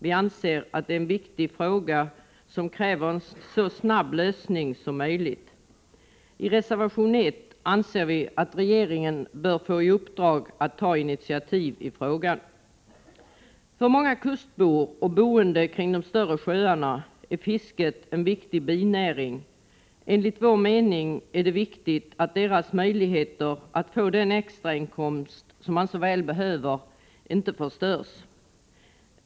Vi anser att denna fråga är så viktig att den kräver en så snar lösning som möjligt. I reservation 1 framhåller vi att regeringen bör få i uppdrag att ta initiativ i frågan. För många kustbor och boende kring de större sjöarna är fisket en viktig binäring. Enligt vår mening är det viktigt att deras möjligheter att få den extrainkomst de så väl behöver inte undanröjs.